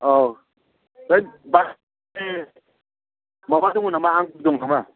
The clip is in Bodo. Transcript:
औ माबा दं नामा आंगुर दं नामा